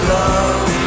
love